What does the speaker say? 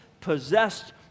possessed